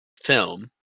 film